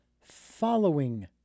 following